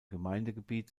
gemeindegebiet